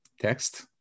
text